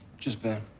just ben.